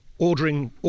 Ordering